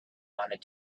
wanted